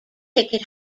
ticket